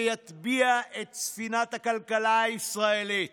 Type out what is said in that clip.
שיטביע את ספינת הכלכלה הישראלית